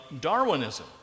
Darwinism